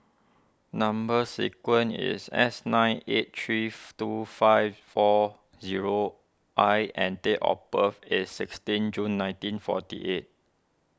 Number Sequence is S nine eight three two five four zero I and date of birth is sixteen June nineteen forty eight